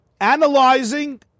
analyzing